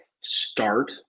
start